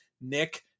Nick